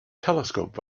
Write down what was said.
telescope